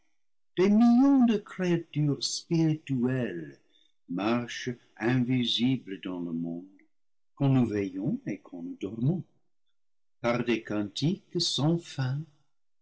des millions de créatures spirituelles marchent invisibles dans le monde quand nous veillons et quand nous dormons par des can tiques sans fin